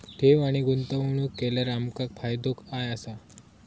ठेव आणि गुंतवणूक केल्यार आमका फायदो काय आसा?